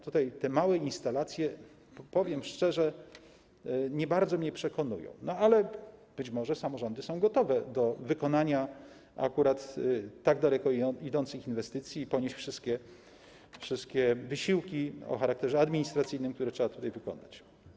Tutaj te małe instalacje, powiem szczerze, nie bardzo mnie przekonują, ale być może samorządy są gotowe wykonać akurat tak daleko idące inwestycje i ponieść wszystkie wysiłki o charakterze administracyjnym, które trzeba tutaj wykonać.